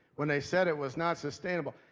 when they said it was not sustainable,